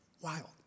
Wild